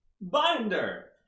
Binder